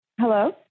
Hello